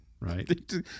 right